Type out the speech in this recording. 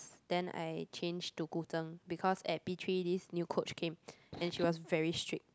then I changed to Guzheng because at P-three this new coach came and she was very strict